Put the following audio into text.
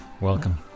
Welcome